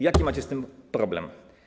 Jaki macie z tym problem?